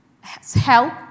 help